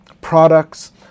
products